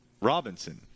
Robinson